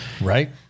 Right